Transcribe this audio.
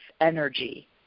energy